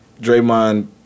Draymond